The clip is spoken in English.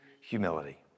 humility